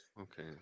Okay